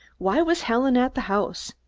why was helen at the house?